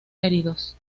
heridos